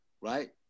Right